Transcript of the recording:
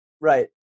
Right